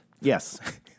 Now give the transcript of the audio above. Yes